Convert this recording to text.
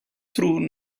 through